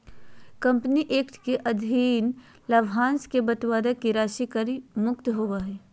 company act के अधीन लाभांश के बंटवारा के राशि कर मुक्त होबो हइ